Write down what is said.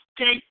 okay